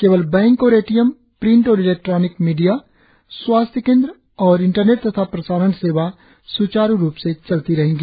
केवल बैंक और ATM print और इलैक्ट्रॉनिक मीडिया स्वास्थ्य केन्द्र और इंटरनेट तथा प्रसारण सेवा स्चारू रुप से चलती रहेगी